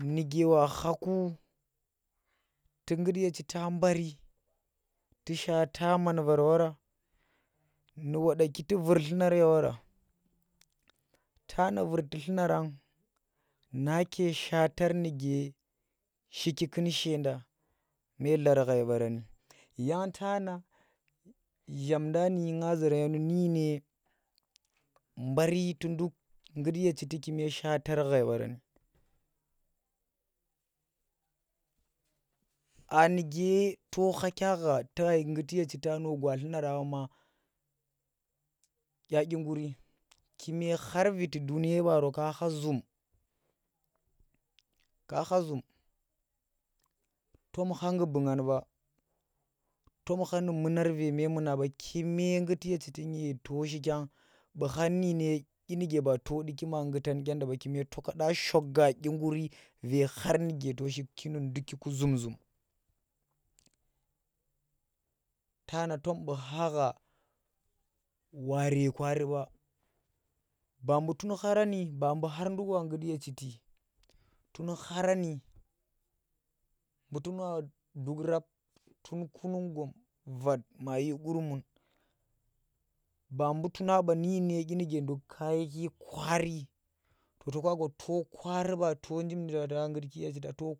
Nuke wa khaku tu nggut ye chita mbaari tu shaata man var wora nu wadaki tu vur dlunar ye wara tana vurti dlunarang nake shatar nuke shiki kun she nɗa me dlar ghai barana tana zhamndani ngga zuran nyenu nudyine baari ku nduk nggut ye chiti kume shaatar ghai barani aa nuke to khakya gha ya shi ngguti ye chita nu gwa dlunara ma dya dyin guri kume khar viti duniye baaro ka kha zum tom kha gubungan ɓa to ma kha nu munar Ve memuna ɓa kume ngguti ye chiti no shikya bu khang dyinuke to du wa ngyuta nyenda ba kume to kada shoga dyi nguri ve khar nuke to shiki nu dwaku zum- zum, tana to buu khagha waare kwaari ɓa, ba mbuu tun kha rani ba buu tun wa nggut ye chiti tun kharani buu tuna duk rap tun kunung gom vat mayir qur mun ba buu tuna ba nu dyine nu nduk ka yiki kwaari to to ka gwa to kwari ɓa to njim nuke ta nggt ye chitangle wa to.